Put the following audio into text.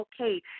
okay